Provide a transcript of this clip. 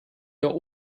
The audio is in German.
der